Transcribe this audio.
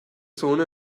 zone